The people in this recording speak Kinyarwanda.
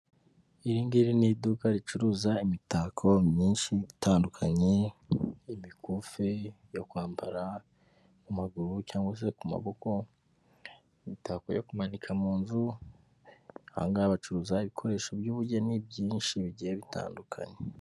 Iringiri ni iduka ricuruza imitako myinshi itandukanye imikufe yo kwambara ku maguru cyangwa se ku maboko imitako yo kumanika mu nzu, ahangaha bacuruza ibikoresho by'ubugeni byinshi bigiye bitandukanye.